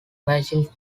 machines